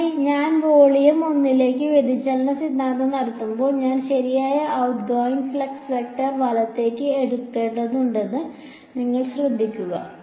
എന്നാൽ ഞാൻ വോളിയം 1 ലേക്ക് വ്യതിചലന സിദ്ധാന്തം നടത്തുമ്പോൾ ഞാൻ ശരിയായ ഔട്ട് ഗോയിംഗ് ഫ്ലക്സ് വെക്റ്റർ വലത്തേയ്ക്ക് എടുക്കേണ്ടതുണ്ടെന്ന് നിങ്ങൾ ശ്രദ്ധിക്കുന്നു